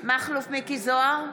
מכלוף מיקי זוהר,